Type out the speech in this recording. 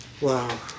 Wow